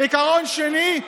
עיקרון שני,